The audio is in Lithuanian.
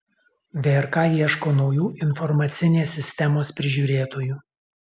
vrk ieško naujų informacinės sistemos prižiūrėtojų